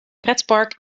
pretpark